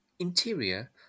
Interior